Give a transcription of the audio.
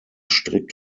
strikt